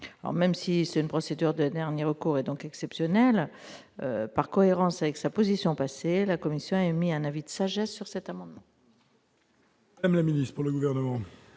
Même s'il s'agit d'une procédure de dernier recours, et donc exceptionnelle, par cohérence avec sa position passée, la commission a émis un avis de sagesse sur cet amendement.